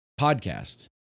podcast